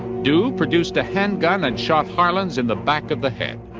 du produced a handgun and shot harlins in the back of the head.